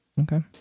Okay